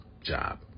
job